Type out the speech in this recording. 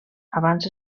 abans